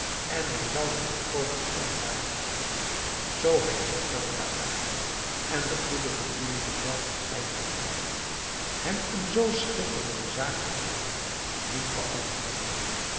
en hij zou ze volkomen onwaardig zijn zoo hij niet dankbaar ware en de goede bedoelingen welke gij met hem hebt hem een zoo schitterende zaak te geven niet beantwoordde